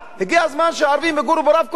הגיע הזמן שערבים יגורו ברב-קומות.